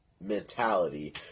mentality